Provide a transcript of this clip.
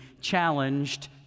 challenged